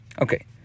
Okay